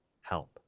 help